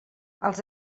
els